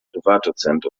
privatdozent